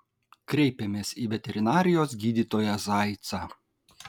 kreipėmės į veterinarijos gydytoją zaicą